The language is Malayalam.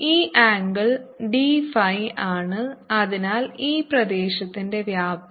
ഈ ആംഗിൾ d phi ആണ് അതിനാൽ ഈ പ്രദേശത്തിന്റെ വ്യാപ്തി